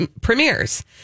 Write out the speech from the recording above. premieres